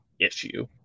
issue